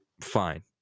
fine